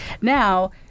now